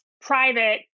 private